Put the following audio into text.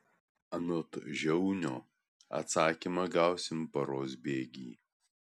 anot žiaunio atsakymą gausim paros bėgy